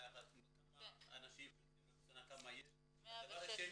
כמה אנשים יוצאים לקצונה, ושאלה שניה,